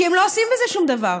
כי הם לא עושים בזה שום דבר.